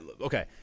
Okay